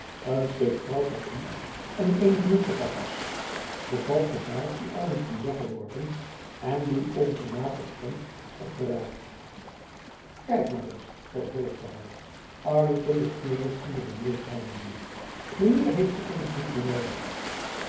een stuk graauw papier en eenig mutsekarkas den valschen baard dien arlington weggeworpen en dien onze maat terstond had opgeraapt kaik mair eens vervolgde hy arlington de knevels onder den neus houdende men heir heit ze ommers niet meir noodig